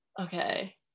okay